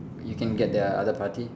you can get the other party